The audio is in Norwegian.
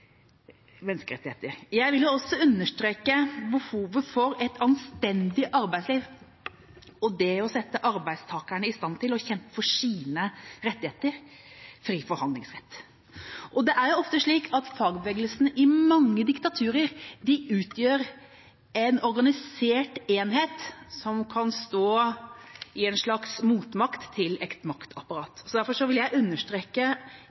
menneskerettigheter. Jeg vil også understreke behovet for et anstendig arbeidsliv og det å sette arbeidstakerne i stand til å kjempe for sine rettigheter – fri forhandlingsrett. Det er ofte slik at fagbevegelsen i mange diktaturer utgjør en organisert enhet som kan stå i en slags motmakt til et maktapparat. Derfor vil jeg understreke